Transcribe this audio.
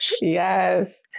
Yes